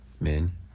men